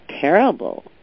terrible